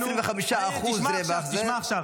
יושבת מולנו --- חברה שיש לה מעל 25% רווח --- תשמע עכשיו,